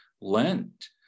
Lent